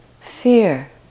fear